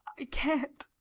i can't,